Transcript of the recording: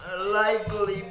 likely